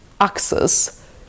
access